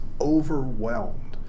overwhelmed